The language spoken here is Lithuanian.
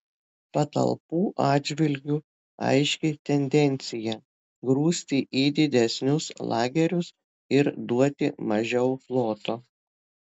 patalpų atžvilgiu aiški tendencija grūsti į didesnius lagerius ir duoti mažiau ploto